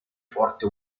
forte